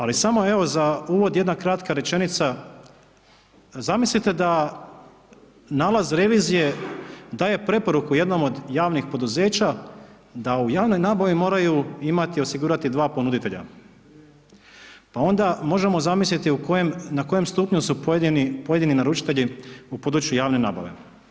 Ali samo evo za uvod jedna kratka rečenica, zamislite da nalaz revizije daje preporuku jednom od javnih poduzeća da u javnoj nabavi moraju imati osigurati dva ponuditelja, pa onda možemo zamisliti u kojem, na kojem stupnju su pojedini, pojedini naručitelji u području javne nabave.